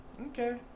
Okay